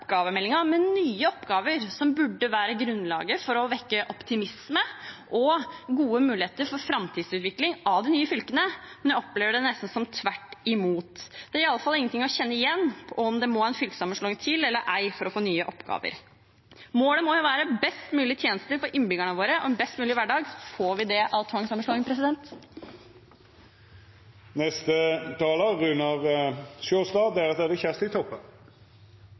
med nye oppgaver, som burde være grunnlaget for å vekke optimisme og gode muligheter for framtidsutvikling av de nye fylkene. Jeg opplever det nesten som tvert imot. Det er iallfall ingenting å kjenne igjen – om det må en fylkessammenslåing til eller ei for å få nye oppgaver. Målet må jo være best mulige tjenester og en best mulig hverdag for innbyggerne våre. Får vi det av tvangssammenslåing?